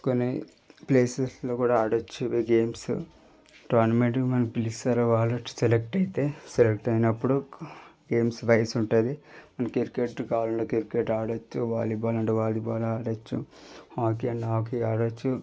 కొన్ని ప్లేసెస్లో కూడ ఆడచ్చు ఈ గేమ్స్ టోర్నమెంట్కి మనల్ని పిలుస్తారు వాళ్ళు వచ్చి సెలెక్ట్ అయితే సెలెక్ట్ అయినప్పుడు గేమ్స్ వైస్ ఉంటుంది మన క్రికెట్ కావాలంటే క్రికెట్టు ఆడచ్చు వాలీబాల్ అంటే వాలీబాల్ ఆడచ్చు హాకీ అంటే హాకీ ఆడచ్చు